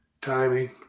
timing